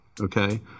okay